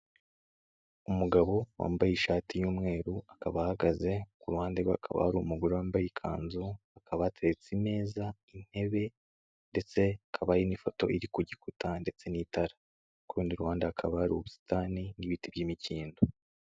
Umugabo wambaye ishati y'umweru akaba ahagaze, ku ruhande rwe hakaba hari umugore wambaye ikanzu, hakaba hateretse imeza, intebe ndetse hakaba hari n'ifoto iri ku gikuta ndetse n'itara, kurundi ruhande hakaba hari ubusitani n'ibiti by'imikindo.